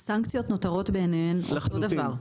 הסנקציות נותרות בעיניהן אותו דבר?